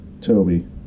Toby